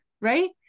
Right